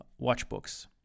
watchbooks